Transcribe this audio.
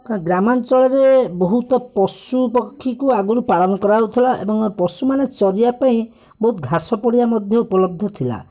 ଗ୍ରାମାଞ୍ଚଳରେ ବହୁତ ପଶୁପକ୍ଷୀକୁ ଆଗରୁ ପାଳନ କରାଯାଉଥିଲା ଏବଂ ପଶୁମାନେ ଚରିବା ପାଇଁ ବହୁତ ଘାସ ପଡ଼ିଆ ମଧ୍ୟ ଉପଲବ୍ଧ ଥିଲା